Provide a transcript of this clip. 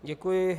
Děkuji.